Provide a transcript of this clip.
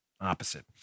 opposite